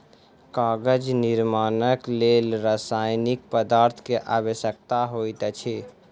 कागज निर्माणक लेल रासायनिक पदार्थ के आवश्यकता होइत अछि